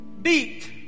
beat